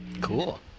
Cool